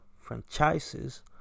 franchises